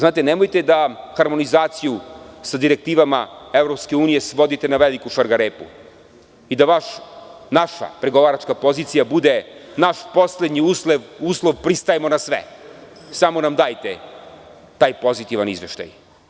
Nemojte da harmonizaciju sa direktivama EU svodite na veliku šargarepu i da naša pregovaračka pozicija bude naš poslednji uslov – pristajemo na sve, samo nam dajte taj pozitivan izveštaj.